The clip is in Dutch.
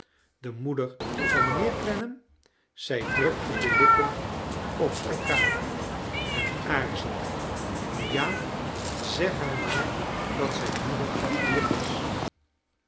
de moeder van mijnheer clennam zij drukte de lippen op elkaar en aarzelde ja zeg haar maar dat zrjn moeder hier is